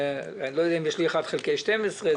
אני לא יודע אם יש לי אחד חלקי שתים עשרה,